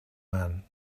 man